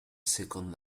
second